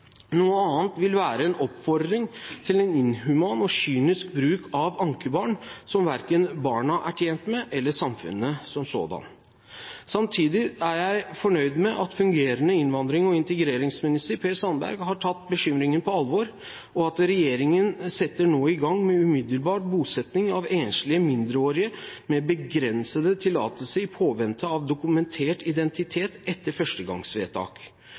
Noe annet vil være en oppfordring til en inhuman og kynisk bruk av ankerbarn, som verken barna er tjent med eller samfunnet som sådant. Samtidig er jeg fornøyd med at fungerende innvandrings- og integreringsminister, Per Sandberg, har tatt bekymringen på alvor, og at regjeringen nå setter i gang med umiddelbar bosetting av enslige mindreårige med begrenset tillatelse i påvente av dokumentert identitet etter